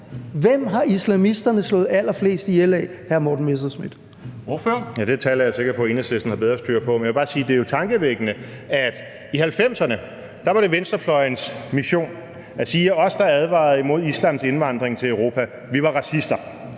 Dam Kristensen): Ordføreren. Kl. 13:30 Morten Messerschmidt (DF): Det tal er jeg sikker på at Enhedslisten har bedre styr på. Men jeg vil bare sige, at det jo er tankevækkende, at det i 90'erne var venstrefløjens mission at sige, at os, der advarede imod islams indvandring til Europa, var racister.